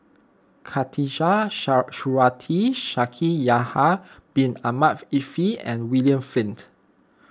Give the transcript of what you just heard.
Khatijah Surattee Shaikh Yahya Bin Ahmed Afifi and William Flint